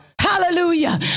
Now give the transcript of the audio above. Hallelujah